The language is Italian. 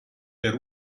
per